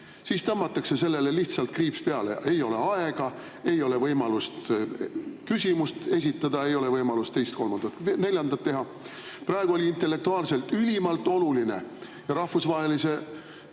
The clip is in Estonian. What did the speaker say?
tõmmatakse lihtsalt kriips peale: ei ole aega, ei ole võimalust küsimust esitada, ei ole võimalust teist, kolmandat, neljandat teha. Praegu oli intellektuaalselt ülimalt oluline ja rahvusvahelise